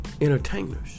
entertainers